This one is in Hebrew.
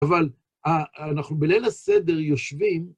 אבל אנחנו בליל הסדר יושבים...